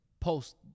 post